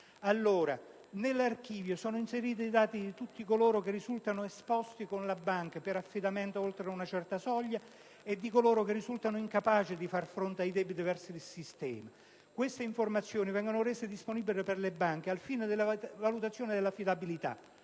questo archivio sono inseriti i dati di tutti coloro che risultano esposti con la banca per affidamenti oltre una certa soglia e di coloro che risultano incapaci di far fronte ai debiti verso il sistema bancario. Queste informazioni vengono rese disponibili per le banche al fine della valutazione dell'affidabilità